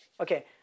okay